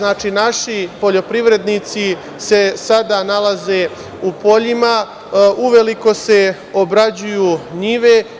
Naši poljoprivrednici se sada nalaze u poljima, uveliko se obrađuju njive.